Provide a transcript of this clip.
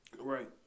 Right